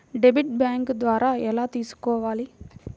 Debit bank ద్వారా ఎలా తీసుకోవాలి?